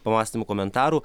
pamąstymų komentarų